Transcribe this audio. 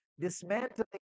dismantling